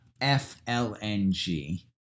FLNG